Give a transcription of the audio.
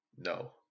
No